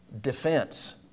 defense